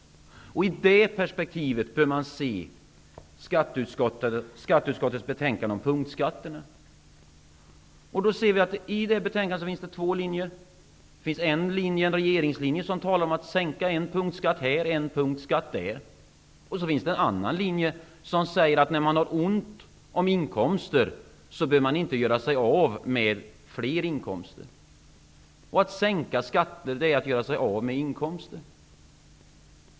Det är i det perspektivet som man bör se skatteutskottets betänkande om punktskatterna. Vi ser att det i detta betänkande finns två linjer. Det finns en regeringslinje, som talar om att sänka en punktskatt här och en punktskatt där, och det finns en annan linje, som säger att man inte bör göra sig av med inkomster när man har ont om inkomster. Att sänka skatter är att göra sig av med inkomster.